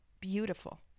beautiful